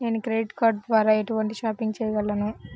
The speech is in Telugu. నేను క్రెడిట్ కార్డ్ ద్వార ఎటువంటి షాపింగ్ చెయ్యగలను?